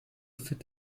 fit